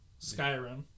Skyrim